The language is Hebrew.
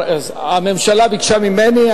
הממשלה ביקשה ממני,